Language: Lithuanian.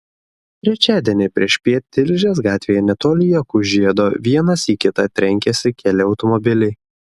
trečiadienį priešpiet tilžės gatvėje netoli jakų žiedo vienas į kitą trenkėsi keli automobiliai